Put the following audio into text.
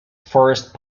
first